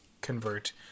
convert